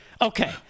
okay